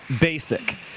basic